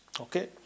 Okay